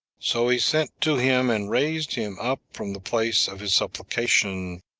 so he sent to him, and raised him up from the place of his supplication.